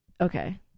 okay